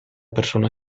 persona